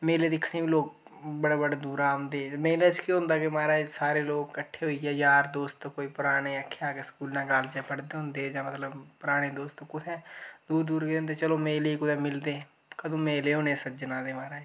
मेले दिक्खने गी बी लोक बड़े बड़े दूरा औंदे मेले च केह् होंदा के महाराज सारे लोक कट्ठे होइयै यार दोस्त कोई पराने आखेआ के स्कूलें कालेजें च पढ़दे होंदे हे मतलब पराने दोस्त कुत्थैं दूर दूर गेदे होंदे कुतै मेले च मिलदे कदूं मेले होने सजना दे महाराज